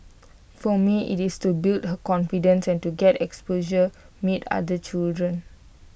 for me IT is to build her confidence and to get exposure meet other children